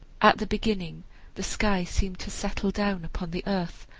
at the beginning the sky seemed to settle down upon the earth,